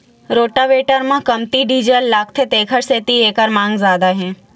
rotavator म कमती diesel लागथे तेखर सेती एखर मांग जादा हे